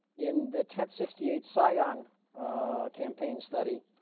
in the tet sixty eight saigon campaign study